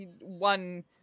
one